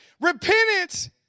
Repentance